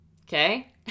Okay